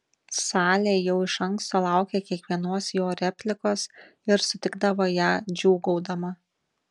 salė jau iš anksto laukė kiekvienos jo replikos ir sutikdavo ją džiūgaudama